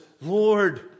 Lord